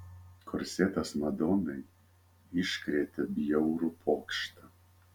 korsetas madonai iškrėtė bjaurų pokštą